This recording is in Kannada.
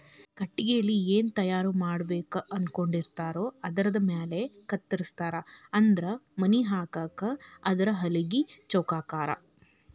ಕಟಗಿಲೆ ಏನ ತಯಾರ ಮಾಡಬೇಕ ಅನಕೊಂಡಿರತಾರೊ ಆಧಾರದ ಮ್ಯಾಲ ಕತ್ತರಸ್ತಾರ ಅಂದ್ರ ಮನಿ ಹಾಕಾಕ ಆದ್ರ ಹಲಗಿ ಚೌಕಾಕಾರಾ